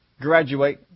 graduate